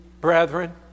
brethren